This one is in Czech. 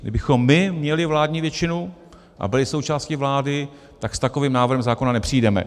Kdybychom my měli vládní většinu a byli součástí vlády, tak s takovým návrhem zákona nepřijdeme.